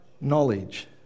Knowledge